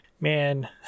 Man